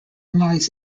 lies